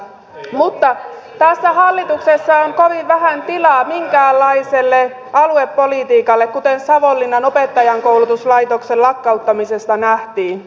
mutta tässä hallituksessa on kovin vähän tilaa minkäänlaiselle aluepolitiikalle kuten savonlinnan opettajankoulutuslaitoksen lakkauttamisesta nähtiin